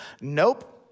Nope